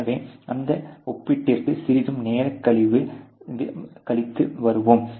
எனவே அந்த ஒப்பீட்டிற்கு சிறிது நேரம் கழித்து வருவோம்